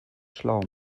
schlau